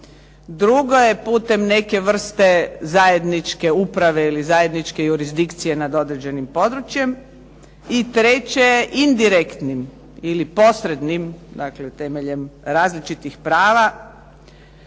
Drugo je putem neke vrste zajedničke uprave ili zajedničke jurisdikcije nad određenim područjem. I treće, indirektnim ili posrednim, dakle temeljem različitih prava